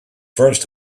first